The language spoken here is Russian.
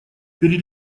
перед